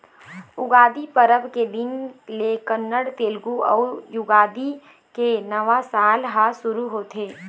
उगादी परब के दिन ले कन्नड़, तेलगु अउ युगादी के नवा साल ह सुरू होथे